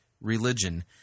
Religion